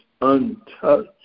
untouched